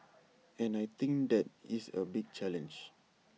and I think that is A big challenge